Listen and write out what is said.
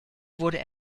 wurde